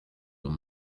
dans